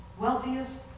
wealthiest